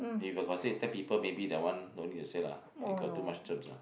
if I got say ten people maybe that one no need to say lah they got too much germs lah